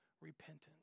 repentance